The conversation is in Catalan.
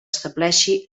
estableixi